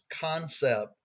concept